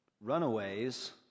runaways